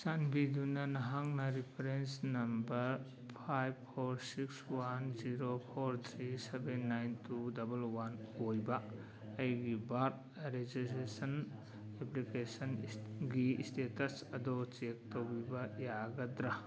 ꯆꯥꯟꯕꯤꯗꯨꯅ ꯅꯍꯥꯛꯅ reference number ꯐꯥꯏꯕ four six one zero four three seven nine two double one ꯑꯣꯏꯕ ꯑꯩꯒꯤ ꯕꯥꯔ꯭ꯗ ꯔꯦꯖꯤꯁꯇ꯭ꯔꯦꯁꯟ ꯑꯦꯄ꯭ꯂꯤꯀꯦꯁꯟꯒꯤ ꯁ꯭ꯇꯦꯇꯁ ꯑꯗꯨ ꯆꯦꯛ ꯇꯧꯕꯤꯕ ꯌꯥꯒꯗ꯭ꯔꯥ